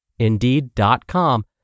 Indeed.com